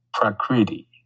prakriti